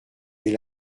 est